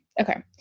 Okay